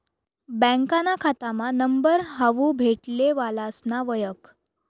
बँकाना खातामा नंबर हावू भेटले वालासना वयख